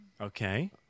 Okay